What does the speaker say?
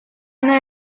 una